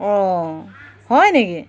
অঁ হয় নেকি